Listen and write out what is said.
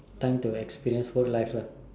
time to experience work life lah